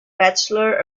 bachelor